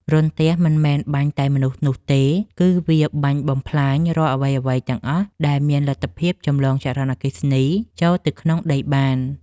រន្ទះមិនមែនបាញ់តែមនុស្សនោះទេ គឺវាបាញ់បំផ្លាញរាល់អ្វីៗទាំងអស់ដែលមានលទ្ធភាពចម្លងចរន្តចូលទៅក្នុងដីបាន។